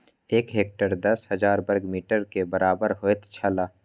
एक हेक्टेयर दस हजार वर्ग मीटर के बराबर होयत छला